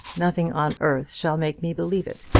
nothing on earth shall make me believe it.